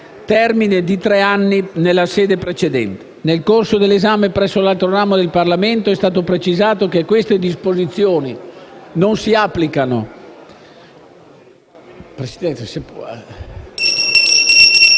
termine di tre anni) nella sede precedente. Nel corso dell'esame presso l'altro ramo del Parlamento è stato precisato che queste disposizioni non si applicano